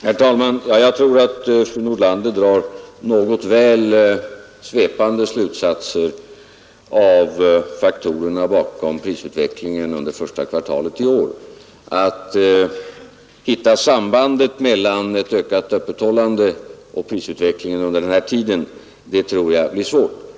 Herr talman! Jag tror att fru Nordlander drar något väl svepande slutsatser av faktorerna bakom prisutvecklingen under första kvartalet i år. Att hitta ett samband mellan ett ökat öppethållande och prisutvecklingen under den här tiden blir nog svårt.